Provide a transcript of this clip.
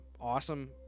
awesome